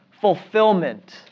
fulfillment